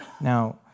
Now